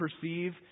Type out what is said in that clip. perceive